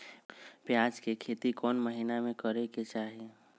प्याज के खेती कौन महीना में करेके चाही?